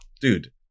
dude